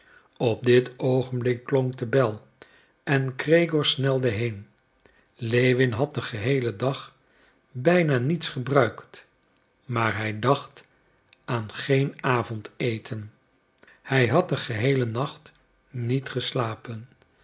op dit oogenblik klonk de bel en gregoor snelde heen lewin had den geheelen dag bijna niets gebruikt maar hij dacht aan geen avondeten hij had den geheelen nacht niet geslapen